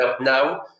now